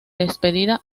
despedida